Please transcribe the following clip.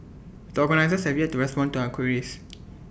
the organisers have yet to respond to our queries